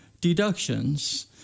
deductions